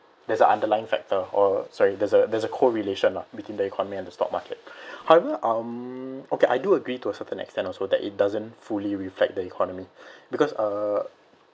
there's an underlying factor or sorry there's a there's a correlation lah between the economy and the stock market however um okay I do agree to a certain extent also that it doesn't fully reflect the economy because uh